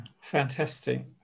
fantastic